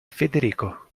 federico